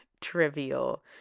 trivial